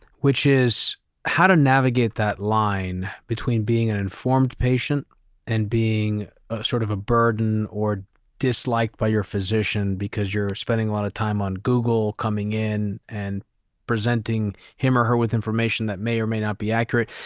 which is how to navigate that line between being an informed patient and being sort of a burden or disliked by your physician because you're spending a lot of time on google coming in and presenting him or her with information that may or may not be accurate.